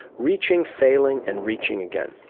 reaching, failing and reaching again.